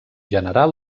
general